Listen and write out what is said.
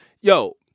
yo